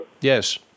Yes